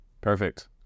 Perfect